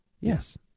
Yes